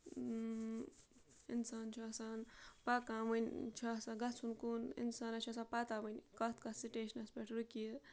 اِنسان چھُ آسان پَکان وٕنۍ چھُ آسان گژھُن کُن اِنسانَس چھُ آسان پَتہ وَنہِ کَتھ کَتھ سٕٹیشنَس پٮ۪ٹھ رُکہِ یہِ